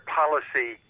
policy